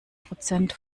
prozent